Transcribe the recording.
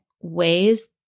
ways